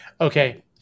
Okay